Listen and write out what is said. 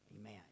Amen